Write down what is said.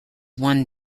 one